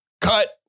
Cut